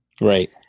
right